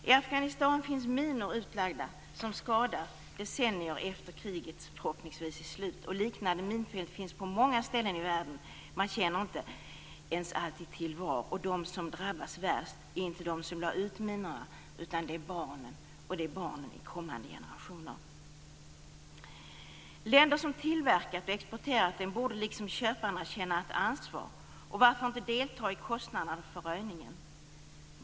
I Afghanistan finns minor utlagda som skadar i decennier efter det att kriget förhoppningsvis är slut. Och liknande minfält finns på många ställen i världen - man känner inte alltid ens till var. De som drabbas värst är inte de som lade ut minorna, utan det är barnen i kommande generationer. Länder som tillverkat och exporterat minor borde, liksom köparna, känna ett ansvar. Och varför inte bidra till kostnaderna för röjningen?